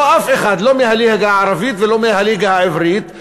לא מהליגה הערבית ולא מהליגה העברית,